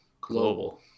Global